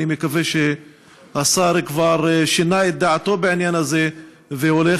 אני מקווה שהשר כבר שינה את דעתו בעניין הזה והולך